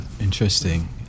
Interesting